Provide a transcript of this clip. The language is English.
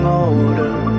older